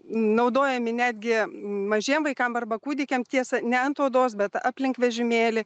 naudojami netgi mažiem vaikam arba kūdikiam tiesa ne ant odos bet aplink vežimėlį